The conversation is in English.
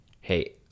hey